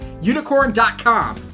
Unicorn.com